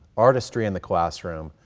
artistry in the classroom,